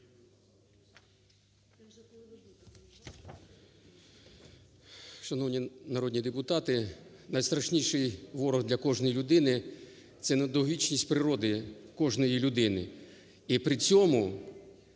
Шановні народні депутати! Найстрашніший ворог для кожної людини – це недовговічність природи кожної людини.